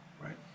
Right